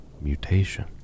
mutation